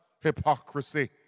hypocrisy